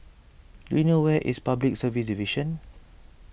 do you know where is Public Service Division